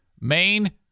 Maine